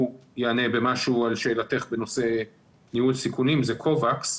יענה במשהו על שאלתך בנושא ניהול סיכונים זה קובאקס.